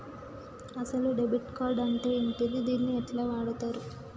అసలు debit card అంటే ఏంటిది? దీన్ని ఎట్ల వాడుతరు?